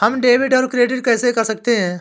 हम डेबिटऔर क्रेडिट कैसे कर सकते हैं?